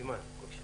אימאן, בבקשה.